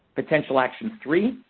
potential action three,